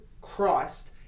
Christ